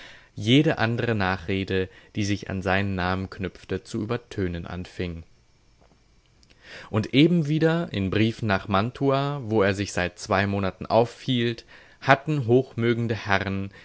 jede andere nachrede die sich an seinen namen knüpfte zu übertönen anfing und eben wieder in briefen nach mantua wo er sich seit zwei monaten aufhielt hatten hochmögende herren